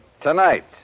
Tonight